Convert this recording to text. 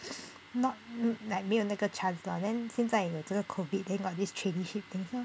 not look like 没有那个 chance lor then 现在有这个 COVID then got this traineeship